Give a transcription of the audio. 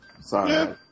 sorry